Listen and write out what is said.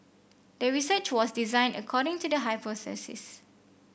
the research was designed according to the hypothesis